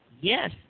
Yes